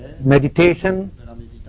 Meditation